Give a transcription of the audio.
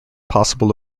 possible